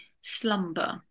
slumber